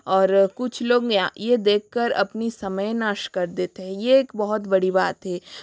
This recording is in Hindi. और कुछ लोग यहां ये देककर अपनी समय नष्ट कर देते हें ये एक बहुत बड़ी बात है